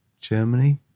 Germany